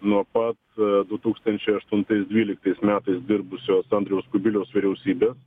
nuo pat du tūkstančiai aštuntais dvyliktais metais dirbusios andriaus kubiliaus vyriausybės